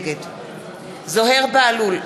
נגד זוהיר בהלול,